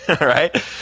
right